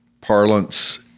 parlance